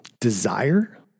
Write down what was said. desire